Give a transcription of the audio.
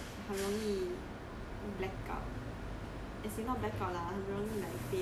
faint like like 很容易 black out